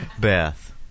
Beth